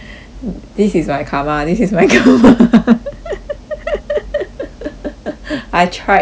this is my karma this is my karma I tried my best